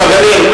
חברים,